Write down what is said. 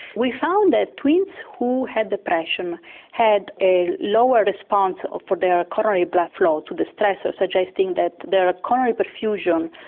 we found that twins who had depression had a lower response for their coronary blood flow to the stress so suggesting that their coronary perfusion,